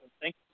Thank